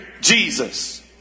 Jesus